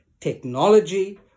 technology